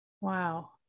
wow